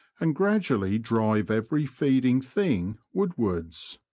and gradually drive every feeding thing woodwards.